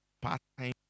part-time